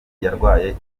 yarwaye